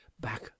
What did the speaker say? back